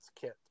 kit